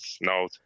note